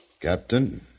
Captain